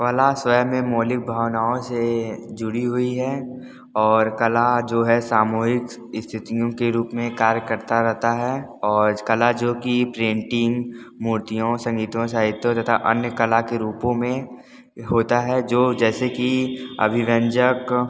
कला स्वयं में मौलिक भावनाओं से जुड़ी हुई है और कला जो है सामूहिक स्थितियों के रूप में कार्य करता रहता है और कला जो की प्रिंटिंग मुर्तियों संगीतों साहित्यों तथा अन्य कला के रूपों में होता है जो जैसे कि अभिव्यंजक